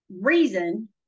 reason